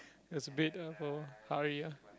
it's a bit of a hurry ah